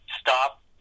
stop